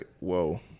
Whoa